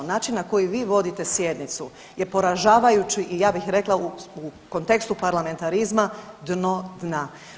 Način na koji vi vodite sjednicu je poražavajući i ja bih rekla u kontekstu parlamentarizma dno dna.